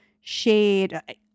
shade